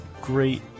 great